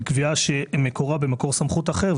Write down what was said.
היא קביעה שמקורה במקור סמכות אחר,